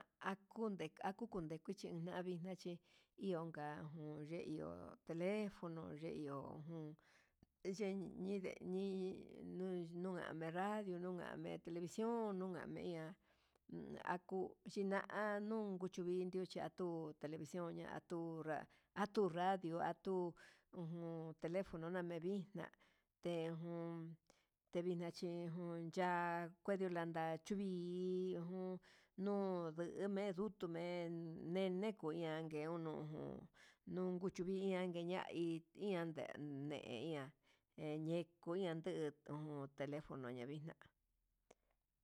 Atuden akukunikuche iho navina chi ionka uun ye iho telefono ye iho ujun ye'e ñinden ni nua me radio nuame televión, nuga meña aku yivanio unku indio chinatu televicion ña'a atuga atu radio atu telefono nami vixna tejun, tevixne che junya'á kue yulandia chuvii ujun nuu ne'e ndutu me'e, en eneko ian ngue unu nuku vinguian keña'a hidende deiña endeku telefono yovixna.